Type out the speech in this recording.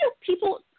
people